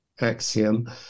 axiom